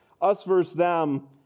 Us-versus-them